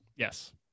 Yes